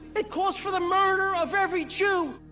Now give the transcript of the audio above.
it calls for the murder of every jew!